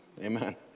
Amen